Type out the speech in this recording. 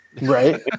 Right